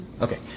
Okay